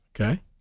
Okay